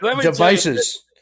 devices